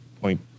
point